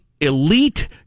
elite